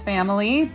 Family